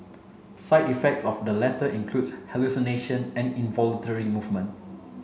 side effects of the latter include hallucinations and involuntary movements